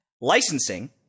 licensing